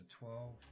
twelve